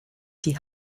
die